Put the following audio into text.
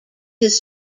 his